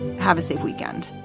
have a safe weekend